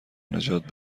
نجات